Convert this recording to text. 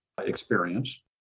experience